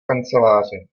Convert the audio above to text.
kanceláři